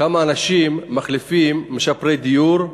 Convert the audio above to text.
כמה אנשים מחליפים, משפרי דיור,